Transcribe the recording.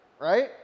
right